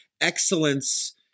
excellence